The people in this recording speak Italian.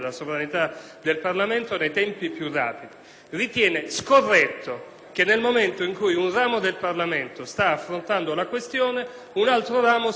che, nel momento in cui un ramo del Parlamento sta affrontando una questione, l'altro ramo si sovrapponga con un emendamento che passa senza l'approfondimento